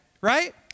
right